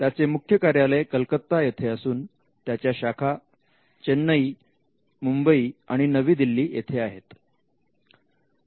त्याचे मुख्य कार्यालय कलकत्ता येथे असून त्याच्या शाखा चेन्नई मुंबई आणि नवी दिल्ली येथे आहेत